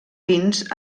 pins